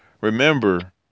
remember